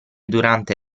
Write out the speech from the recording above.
durante